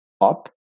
up